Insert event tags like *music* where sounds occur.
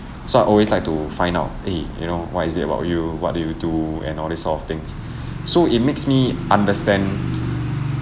so I always like to find out eh you know what is it about you what do you do and all this sort of things *breath* so it makes me understand